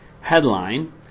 headline